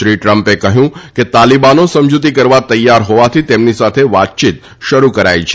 શ્રી ટ્રમ્પે કહયું કે તાલીબાનો સમજુતી કરવા તૈયાર હોવાથી તેમની સાથે વાતયીત શરૂ કરાઇ છે